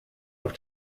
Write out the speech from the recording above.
auf